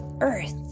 earth